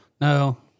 No